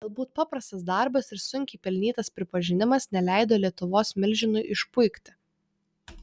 galbūt paprastas darbas ir sunkiai pelnytas pripažinimas neleido lietuvos milžinui išpuikti